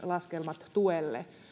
laskelmat tuelle kannattavuuden